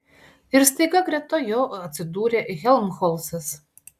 ir staiga greta jo atsidūrė helmholcas